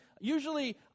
Usually